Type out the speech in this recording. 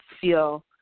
feel